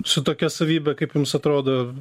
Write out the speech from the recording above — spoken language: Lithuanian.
su tokia savybe kaip jums atrodo